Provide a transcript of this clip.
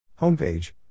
Homepage